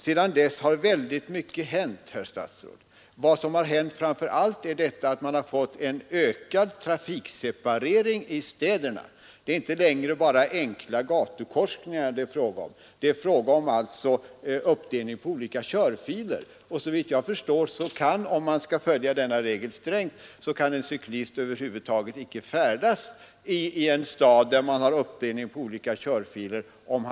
Sedan dess har väldigt mycket hänt, herr statsråd. Vad som framför allt har hänt är att man har fått en ökad trafikseparering i städerna. Det är inte längre bara fråga om enkla gatukorsningar. Det är fråga om uppdelning på olika körfiler, och om man skall följa denna regel strängt så kan, såvitt jag förstår, en cyklist över huvud taget icke färdas på gator där man har uppdelning på olika körfiler.